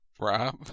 Rob